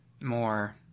more